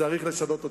צריך לשנות אותה.